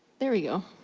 there we go.